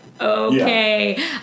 Okay